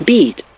Beat